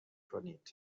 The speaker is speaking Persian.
کنید